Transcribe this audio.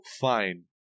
fine